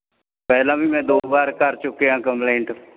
ਪਹਿਲਾਂ ਵੀ ਮੈਂ ਦੋ ਵਾਰ ਕਰ ਚੁੱਕਿਆ ਕੰਪਲੇਂਟ